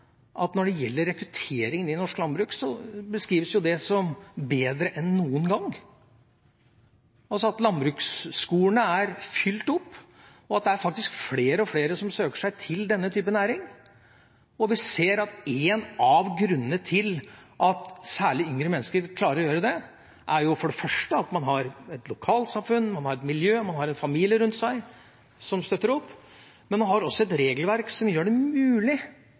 at når det gjelder rekrutteringen i norsk landbruk, beskrives den som bedre enn noen gang, landbruksskolene er fylt opp, og det er faktisk flere og flere som søker seg til denne type næring. Og vi ser at en av grunnene til at særlig yngre mennesker klarer dette, er for det første at man har et lokalsamfunn, man har et miljø, man har en familie rundt seg som støtter opp, men man har også et regelverk som gjør det mulig